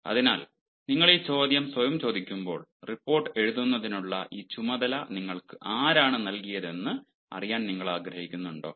അതിനാൽ നിങ്ങൾ ആദ്യം ഈ ചോദ്യം സ്വയം ചോദിക്കുമ്പോൾ റിപ്പോർട്ട് എഴുതുന്നതിനുള്ള ഈ ചുമതല നിങ്ങൾക്ക് ആരാണ് നൽകിയതെന്ന് അറിയാൻ നിങ്ങൾ ആഗ്രഹിക്കുന്നുണ്ടോ